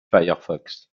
firefox